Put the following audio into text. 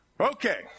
Okay